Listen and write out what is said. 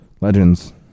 Legends